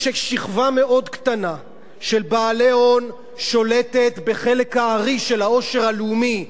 כששכבה מאוד קטנה של בעלי הון שולטת בחלק הארי של העושר הלאומי,